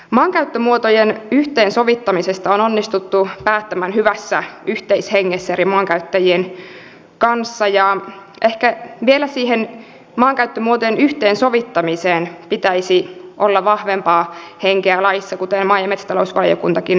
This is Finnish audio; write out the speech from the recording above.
maankäyttömuotojen yhteensovittamisesta on onnistuttu päättämään hyvässä yhteishengessä eri maankäyttäjien kanssa ja ehkä vielä siihen maankäyttömuotojen yhteensovittamiseen pitäisi olla vahvempaa henkeä laissa kuten maa ja metsätalousvaliokuntakin lausuu